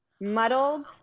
muddled